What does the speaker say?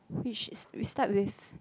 which we start with